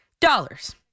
dollars